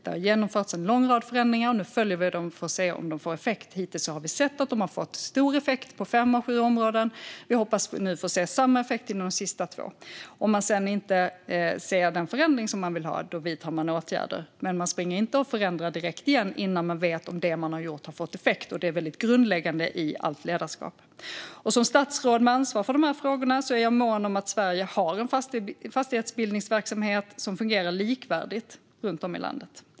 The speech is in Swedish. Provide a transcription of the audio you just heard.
Det har genomförts en lång rad förändringar, och nu följer vi dem för att se om de får effekt. Hittills har vi sett att de har fått stor effekt på fem av sju områden. Vi hoppas nu att få se samma effekt i de sista två. Om man sedan inte ser den förändring man vill ha vidtar man åtgärder. Men man springer inte och förändrar direkt igen innan man vet om det man har gjort har fått effekt, och det är grundläggande i allt ledarskap. Som statsråd med ansvar för dessa frågor är jag mån om att Sverige har en fastighetsbildningsverksamhet som fungerar likvärdigt runt om i landet.